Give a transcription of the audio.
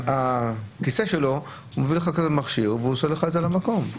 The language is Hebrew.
בכיסא שלו הוא מביא מכשיר ומצלם על המקום.